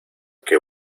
que